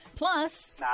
Plus